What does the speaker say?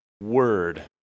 Word